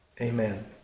amen